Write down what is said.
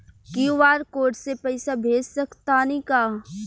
QR code से पईसा भेज सक तानी का?